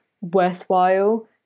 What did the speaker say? worthwhile